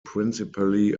principally